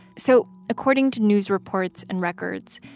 so according to news reports and records,